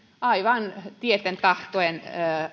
aivan tieten tahtoen